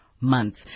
months